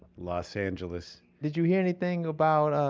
los angeles did you hear anything about ah